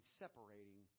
separating